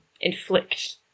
inflict